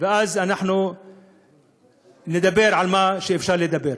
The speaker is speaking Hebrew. ואז אנחנו נדבר על מה שאפשר לדבר.